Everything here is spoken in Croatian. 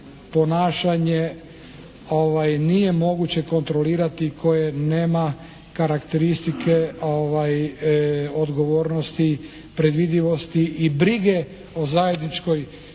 ponašanje nije moguće kontrolirati, koje nema karakteristike odgovornosti, predvidivosti i brige o zajedničkoj